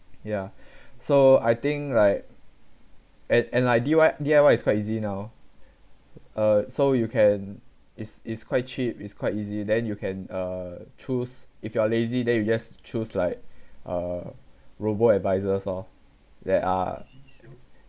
ya so I think like an~ and like D_Y D_I_Y is quite easy now uh so you can is is quite cheap is quite easy then you can uh choose if you are lazy then you just choose like uh robo-advisors oh that are